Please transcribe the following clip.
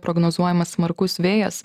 prognozuojamas smarkus vėjas